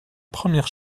première